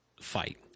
fight